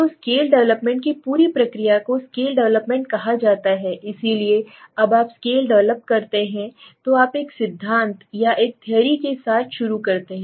तो scale development पूरी प्रक्रिया को स्केल डेवलपमेंट कहा जाता है इसलिए जब आप स्केल डेवलप करते हैं तो आप एक सिद्धांत के साथ शुरू करते हैं